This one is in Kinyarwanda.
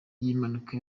mpanuka